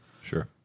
Sure